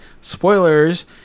spoilers